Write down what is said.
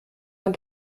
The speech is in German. man